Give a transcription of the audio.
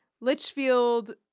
Litchfield